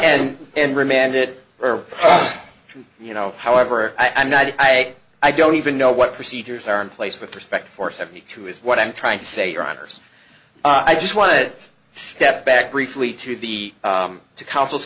and and remanded her to you know however i'm not i i don't even know what procedures are in place with respect for seventy two is what i'm trying to say your honour's i just wanted to step back briefly to the to counsel's